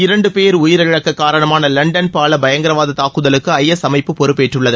இரண்டு பேர் உயிரிழக்க காரணமான லண்டன் பால பயங்கரவாத தாக்குதலுக்கு ஐ எஸ் அமைப்பு பொறுப்பேற்றுள்ளது